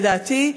לדעתי,